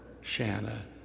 Shanna